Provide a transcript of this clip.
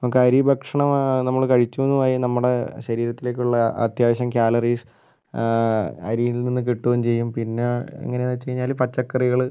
അപ്പം അരി ഭക്ഷണം നമ്മൾ കഴിച്ചു എന്നും ആയി നമ്മുടെ ശരീരത്തിലേക്കുള്ള അത്യാവശ്യം കാലറീസ് അരിയിൽ നിന്ന് കിട്ടുകയും ചെയ്യും പിന്നെ എങ്ങനെയെന്ന് വെച്ചുകഴിഞ്ഞാല് പച്ചക്കറികള്